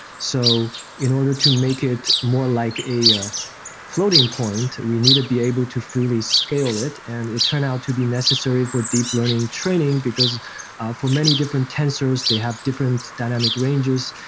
so in order to make it more like a ah floating-point, we need to be able to freely scale it, and it turned out to be necessary for deep learning training, because for many different tensors, they have different dynamic ranges,